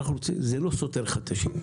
זה לא סותר אחד את השני.